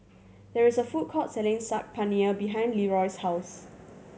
there is a food court selling Saag Paneer behind Leeroy's house